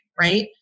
right